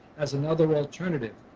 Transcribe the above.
as another alternative